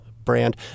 brand